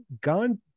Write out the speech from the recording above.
gone